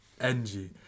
NG